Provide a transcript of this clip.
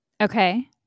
Okay